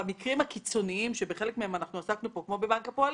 במקרים הקיצוניים - בחלק מהם עסקנו פה - כמו בנק הפועלים,